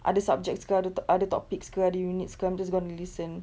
other subjects ke othe~ to~ other topics I'm just going to listen